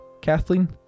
Kathleen